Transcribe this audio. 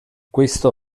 questo